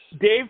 Dave